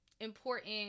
important